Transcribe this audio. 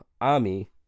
Ami